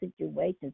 situations